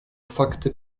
fakty